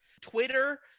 Twitter